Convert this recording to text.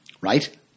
Right